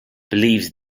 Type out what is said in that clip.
believes